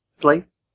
place